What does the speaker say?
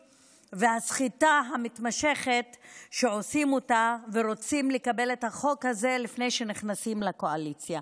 והסחיטה המתמשכת שעושים ורוצים לקבל את החוק הזה לפני שנכנסים לקואליציה.